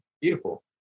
Beautiful